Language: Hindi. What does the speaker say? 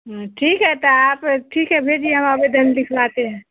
ठीक है त आप ठीक है भेजिए हम आवेदन लिखवाते हैं